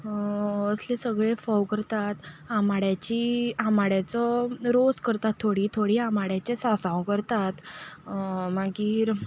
असले सगळे फोव करतात आंबाड्याची आंबाड्याचो रोस करतात थोडीं थोडीं आंबाड्याचें सासांव करतात मागीर